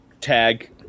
tag